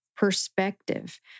Perspective